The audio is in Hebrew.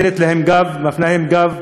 מפנה להם גב.